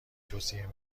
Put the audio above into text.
توصیه